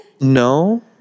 no